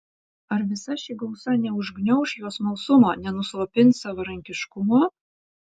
ar visa ši gausa neužgniauš jo smalsumo nenuslopins savarankiškumo